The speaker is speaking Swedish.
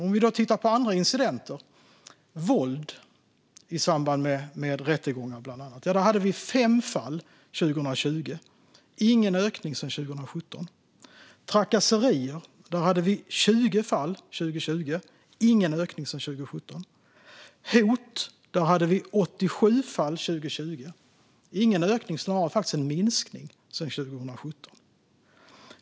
Om vi tittar på andra incidenter, bland annat våld i samband med rättegångar, hade vi 5 fall 2020. Det har inte skett någon ökning sedan 2017. År 2020 hade vi 20 fall av trakasserier. Det är ingen ökning sedan 2017. År 2020 hade vi 87 fall av hot. Det är ingen ökning sedan 2017, snarare en minskning.